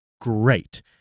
great